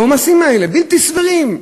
העומסים האלה בלתי סבירים.